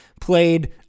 played